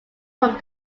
from